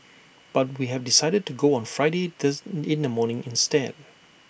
but we have decided to go on Friday does in the morning instead